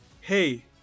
hey